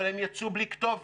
אבל הם יצאו בלי כתובת.